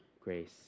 grace